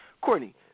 Courtney